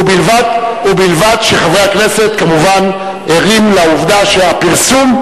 ובלבד שחברי הכנסת כמובן ערים לעובדה שהפרסום,